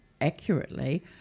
accurately